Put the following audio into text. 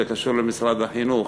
זה קשור למשרד החינוך.